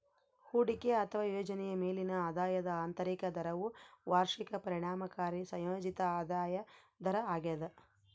ಹೂಡಿಕೆ ಅಥವಾ ಯೋಜನೆಯ ಮೇಲಿನ ಆದಾಯದ ಆಂತರಿಕ ದರವು ವಾರ್ಷಿಕ ಪರಿಣಾಮಕಾರಿ ಸಂಯೋಜಿತ ಆದಾಯ ದರ ಆಗ್ಯದ